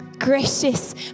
Gracious